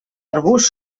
arbust